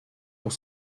pour